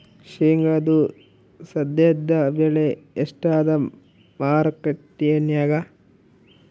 ಶೇಂಗಾದು ಸದ್ಯದಬೆಲೆ ಎಷ್ಟಾದಾ ಮಾರಕೆಟನ್ಯಾಗ?